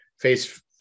face